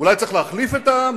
אולי צריך להחליף את העם?